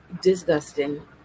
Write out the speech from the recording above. disgusting